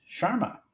Sharma